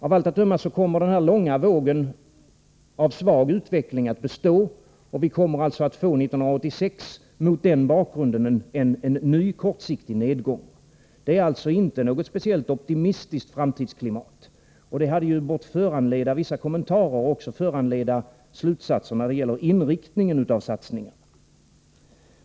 Av allt att döma kommer den långa vågen av svag utveckling att bestå, och vi kommer 1986 mot den bakgrunden att få en ny kortsiktig nedgång. Det här är alltså inte något speciellt optimistiskt framtidsklimat, och det hade bort föranleda vissa kommentarer och slutledningar när det gäller inriktningen av satsningen.